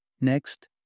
Next